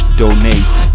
donate